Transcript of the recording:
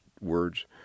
words